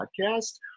podcast